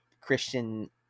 Christian